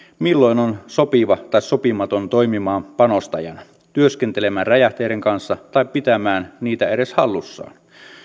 milloin on sopiva tai sopimaton toimimaan panostajana työskentelemään räjähteiden kanssa tai pitämään niitä edes hallussaan